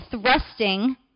thrusting